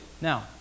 Now